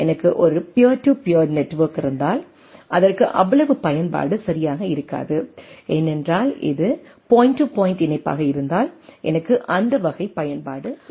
எனக்கு ஒரு peer to peer network இருந்தால் அதற்கு அவ்வளவு பயன்பாடு சரியாக இருக்காது ஏனென்றால் இது பாயிண்ட் டு பாயிண்ட் இணைப்பாக இருந்தால் எனக்கு அந்த வகை பயன்பாடு இல்லை